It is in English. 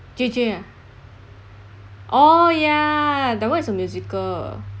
J_J ah orh ya that one is a musical